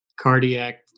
cardiac